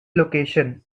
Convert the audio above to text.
location